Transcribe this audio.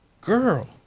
girl